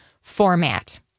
format